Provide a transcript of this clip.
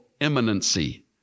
eminency